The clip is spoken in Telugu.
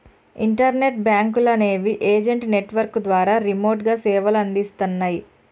ఇంటర్నెట్ బ్యేంకులనేవి ఏజెంట్ నెట్వర్క్ ద్వారా రిమోట్గా సేవలనందిస్తన్నయ్